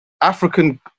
African